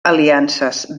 aliances